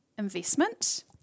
investment